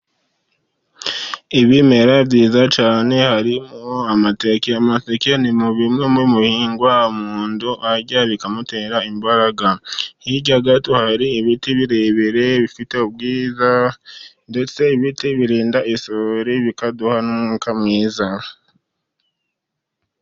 Ibimera byiza cyane harimo amateke. Amateke ni bimwe mubihingwa umuntu arya bikamutera imbaraga. Hirya gato hari ibiti birebire bifite ubwiza, ndetse ibiti birinda isuri bikaduha n'umwuka mwiza.